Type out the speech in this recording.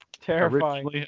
terrifying